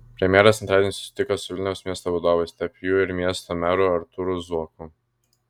premjeras antradienį susitiko su vilniaus miesto vadovais tarp jų ir miesto meru artūru zuoku